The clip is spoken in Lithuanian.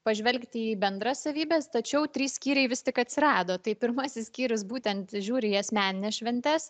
pažvelgti į bendras savybes tačiau trys skyriai vis tik atsirado tai pirmasis skyrius būtent žiūri į asmenines šventes